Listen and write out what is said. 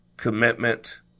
Commitment